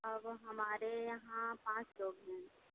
अब हमारे यहाँ पाँच लोग हैं